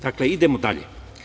Dakle, idemo dalje.